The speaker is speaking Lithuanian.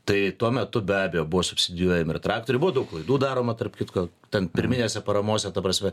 tai tuo metu be abejo buvo subsidijuojami ir traktoriai buvo daug klaidų daroma tarp kitko ten pirminėse paramose ta prasme